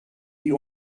die